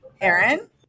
Aaron